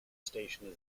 station